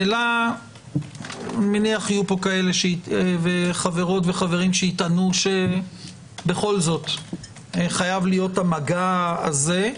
אני מניח שיהיו פה שיטענו שבכל זאת חייב להיות המגע הזה.